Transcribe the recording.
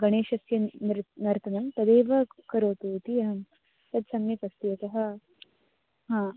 गणेशस्य न् नॄ नर्तनं तदेव क् करोतु इति अहं तत्सम्यकस्ति अतः हा